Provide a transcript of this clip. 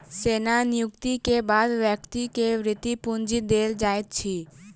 सेवा निवृति के बाद व्यक्ति के वृति पूंजी देल जाइत अछि